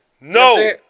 No